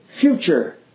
future